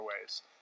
ways